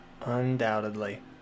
undoubtedly